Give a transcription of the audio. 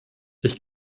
ich